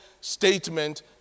statement